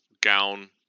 gown